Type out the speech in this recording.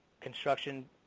construction